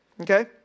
okay